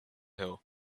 hill